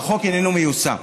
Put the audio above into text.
איננו מיושם.